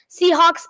Seahawks